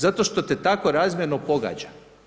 Zato što te tako razmjerno pogađa.